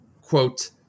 quote